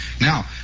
Now